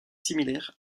similaire